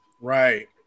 Right